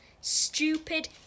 Stupid